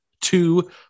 two